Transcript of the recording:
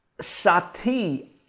Sati